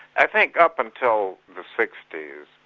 i think up until the sixties,